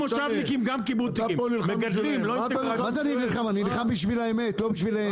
אני נלחם בשביל האמת, לא בשבילם.